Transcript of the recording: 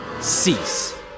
Cease